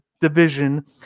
division